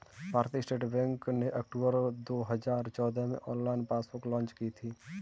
भारतीय State Bank ने अक्टूबर दो हजार चौदह में ऑनलाइन पासबुक लॉन्च की थी